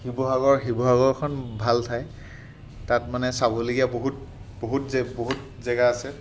শিৱসাগৰ শিৱসাগৰখন ভাল ঠাই তাত মানে চাবলগীয়া বহুত বহুত বহুত জেগা আছে